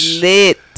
Lit